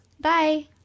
Bye